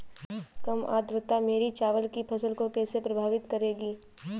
कम आर्द्रता मेरी चावल की फसल को कैसे प्रभावित करेगी?